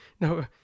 no